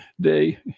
day